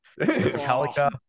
Metallica